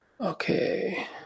Okay